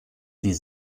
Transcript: die